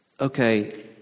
okay